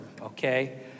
okay